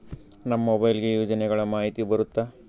ನಮ್ ಮೊಬೈಲ್ ಗೆ ಯೋಜನೆ ಗಳಮಾಹಿತಿ ಬರುತ್ತ?